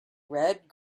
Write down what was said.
red